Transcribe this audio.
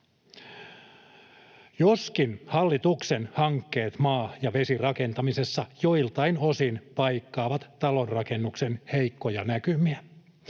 joskin hallituksen hankkeet maa- ja vesirakentamisessa joiltain osin paikkaavat talonrakennuksen heikkoja näkymiä.